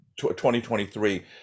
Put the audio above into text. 2023